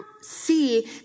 see